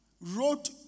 wrote